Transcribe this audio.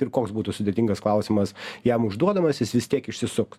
ir koks būtų sudėtingas klausimas jam užduodamas jis vis tiek išsisuks